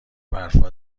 برفا